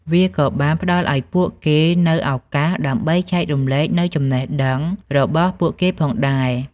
វាក៏បានផ្តល់ឱ្យពួកគេនូវឱកាសដើម្បីចែករំលែកនូវចំណេះដឹងរបស់ពួកគេផងដែរ។